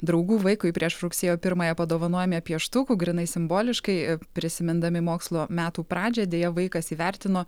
draugų vaikui prieš rugsėjo pirmąją padovanojome pieštukų grynai simboliškai prisimindami mokslo metų pradžią deja vaikas įvertino